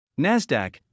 NASDAQ